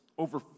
over